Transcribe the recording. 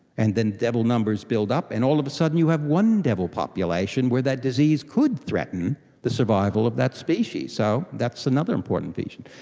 and then devil numbers build up and all of a sudden you have one devil population where that disease could threaten the survival of that species, so that's another important feature.